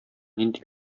нинди